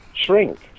shrink